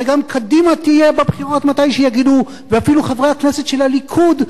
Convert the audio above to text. וגם קדימה תהיה בבחירות מתי שיגידו ואפילו חברי הכנסת של הליכוד.